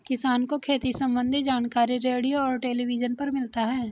किसान को खेती सम्बन्धी जानकारी रेडियो और टेलीविज़न पर मिलता है